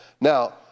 Now